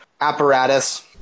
apparatus